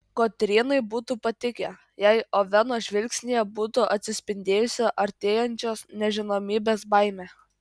kotrynai būtų patikę jei oveno žvilgsnyje būtų atsispindėjusi artėjančios nežinomybės baimė